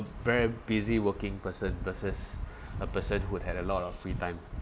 very busy working person versus a person who'd had a lot of free time